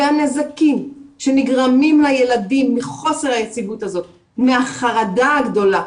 והנזקים שנגרמים לילדים מחוסר היציבות הזאת ומהחרדה הגדולה,